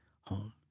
home